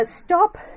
stop